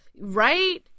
right